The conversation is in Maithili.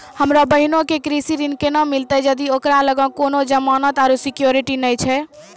हमरो बहिनो के कृषि ऋण केना मिलतै जदि ओकरा लगां कोनो जमानत आरु सिक्योरिटी नै छै?